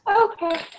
Okay